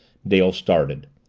dale started.